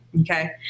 okay